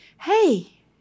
Hey